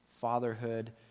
fatherhood